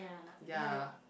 ya